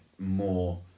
More